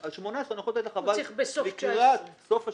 18 אני יכול לתת לך אבל לקראת סוף השנה.